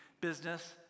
business